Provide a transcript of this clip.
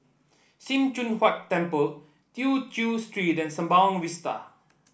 Sim Choon Huat Temple Tew Chew Street and Sembawang Vista